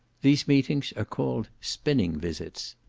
these meetings are called spinning visits.